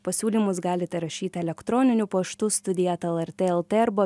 pasiūlymus galite rašyti elektroniniu paštu studija eta lrt lt arba